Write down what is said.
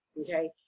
Okay